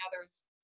others